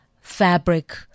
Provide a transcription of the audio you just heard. fabric